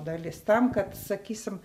dalis tam kad sakysim